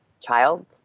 child